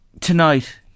tonight